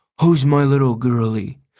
who's my little girlie?